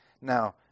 Now